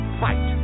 fight